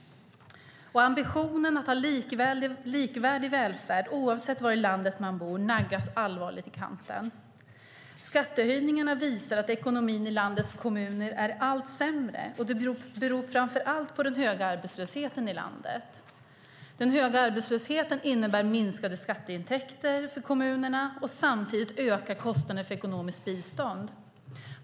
Ambitionen att ha likvärdig välfärd oavsett var i landet man bor naggas allvarligt i kanten. Skattehöjningarna visar att ekonomin i landets kommuner är allt sämre, och det beror framför allt på den höga arbetslösheten i landet. Den höga arbetslösheten innebär minskade skatteintäkter för kommunerna, och samtidigt ökar kostnaderna för ekonomiskt bistånd.